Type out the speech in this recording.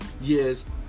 years